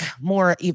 more